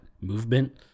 movement